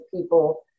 people